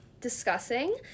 discussing